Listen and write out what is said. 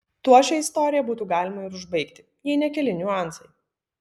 tuo šią istoriją būtų galima ir užbaigti jei ne keli niuansai